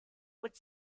would